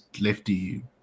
lefty